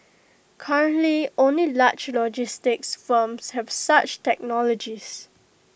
currently only large logistics firms have such technologies